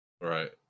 Right